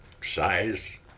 size